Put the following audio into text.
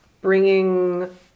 bringing